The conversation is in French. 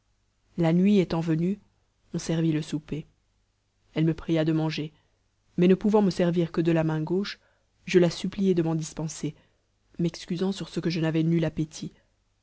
la nuit étant venue on servit le souper elle me pria de manger mais ne pouvant me servir que de la main gauche je la suppliai de m'en dispenser m'excusant sur ce que je n'avais nul appétit